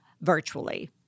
virtually